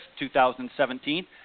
2017